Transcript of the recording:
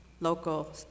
local